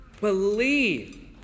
Believe